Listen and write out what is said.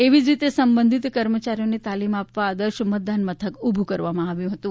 એવી જ રીતે સંબંધિત કર્મચારીઓને તાલીમ આપવા આદર્શ મતદાન મથક ઉભું કરવામાં આવ્યું હતું